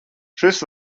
šis